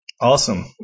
Awesome